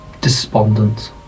despondence